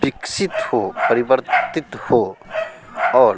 विकसित हों परिवर्तित हों और